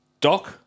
Doc